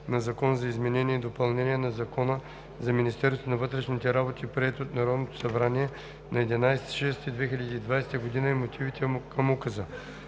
на Закона за изменение и допълнение на Закона за Министерството на вътрешните работи, приет от Народното събрание на 11 юни 2020 г., и мотивите към Указа.